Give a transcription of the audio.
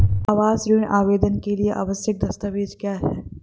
आवास ऋण आवेदन के लिए आवश्यक दस्तावेज़ क्या हैं?